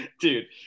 Dude